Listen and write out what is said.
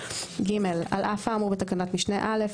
(ג) על אף האמור בתקנת משנה (א),